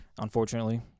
Unfortunately